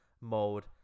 mode